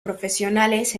profesionales